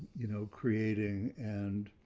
you know, creating and